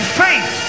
faith